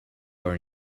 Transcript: are